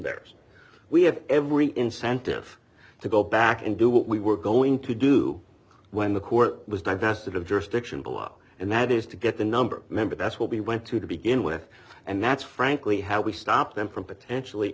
there we have every incentive to go back and do what we were going to do when the court was divested of jurisdiction below and that is to get the number of members that's what we went to to begin with and that's frankly how we stop them from potentially